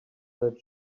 that